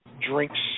drinks